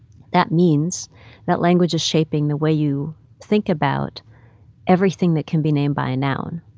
that means that language is shaping the way you think about everything that can be named by a noun.